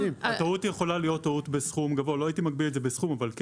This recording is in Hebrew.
הטעות יכולה להיות בסכום גבוה ולא הייתי מגביל את זה בסכום אבל כן